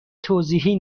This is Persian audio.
توضیحی